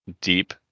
deep